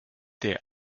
der